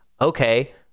Okay